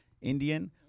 Indian